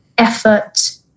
effort